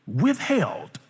withheld